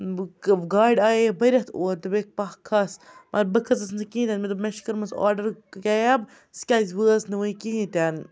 گاڑِ آیے بٔرِتھ اورٕ دوٚپیکھ پَکھ کھَس مگر بہٕ کھٔژٕس نہٕ کِہیٖنۍ تہِ نہ مےٚ دوٚپ مےٚ چھِ کٔرمٕژ آرڈَر کیب سٔہ کیٛازِ وٕٲژ نہٕ وَنۍ کِہیٖنۍ تہِ نہٕ